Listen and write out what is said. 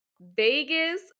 Vegas